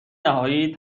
نهایی